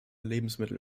lebensmittel